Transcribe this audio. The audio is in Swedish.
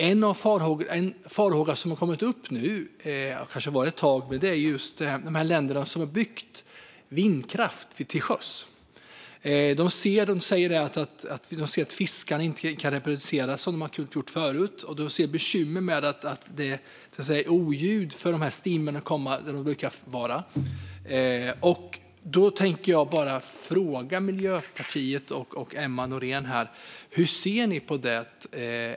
En farhåga som kommit upp nu och som kanske funnits ett tag är att länder som byggt vindkraft till sjöss säger att det har gjort att fisken inte kan reproducera sig som förut och att oljudet gör att stimmen inte kommer dit där de brukar vara. Jag vill fråga Miljöpartiet och Emma Nohrén hur de ser på det.